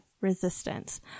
Resistance